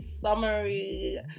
summary